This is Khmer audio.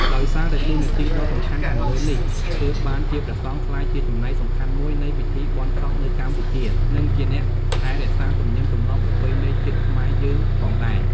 ដោយសារតែតួនាទីដ៏សំខាន់ខាងលើនេះ ទើបបានជាព្រះសង្ឃក្លាយជាចំណែកសំខាន់មួយនៃពិធីបុណ្យសពនៅកម្ពុជា និងជាអ្នកថែរក្សាទំនៀមទម្លាប់ប្រពៃណីជាតិខ្មែរយើងផងដែរ។